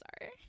sorry